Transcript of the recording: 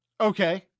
Okay